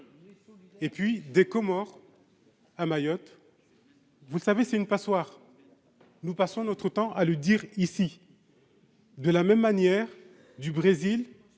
et puis des Comores à Mayotte, vous savez c'est une passoire, nous passons notre temps à le dire ici de la même manière du Brésil